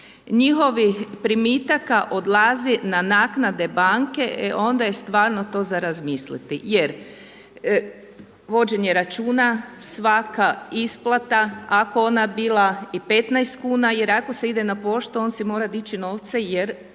njihovih primitaka odlazi na naknade banke, e onda je stvarno to za razmisliti. Jer vođenje računa svaka isplata ako ona bila i 15 kuna jer ako se ide na poštu on si mora dići novce jer